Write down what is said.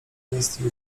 jest